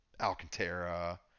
Alcantara